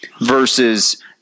versus